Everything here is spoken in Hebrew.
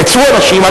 נעצרו אנשים.